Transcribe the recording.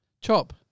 Chop